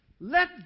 Let